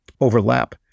overlap